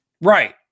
Right